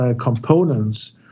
components